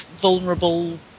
vulnerable